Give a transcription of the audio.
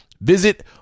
Visit